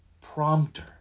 prompter